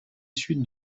sud